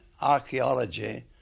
archaeology